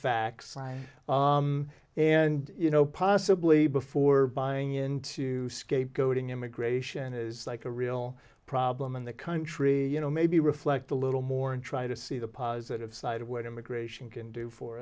facts and you know possibly before buying into scapegoating immigration is like a real problem in the country you know maybe reflect a little more and try to see the positive side of what immigration can do for